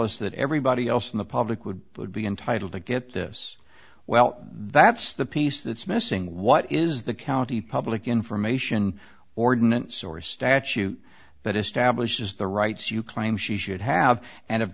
us that everybody else in the public would be entitled to get this well that's the piece that's missing what is the county public information ordinance or statute that establishes the rights you claim she should have and if